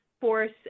force